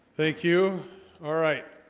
thank you all right,